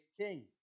king